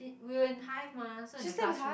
we were in hive mah so in the classroom